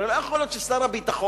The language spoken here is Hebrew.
הרי לא יכול להיות ששר הביטחון,